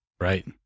Right